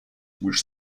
which